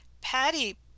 Patty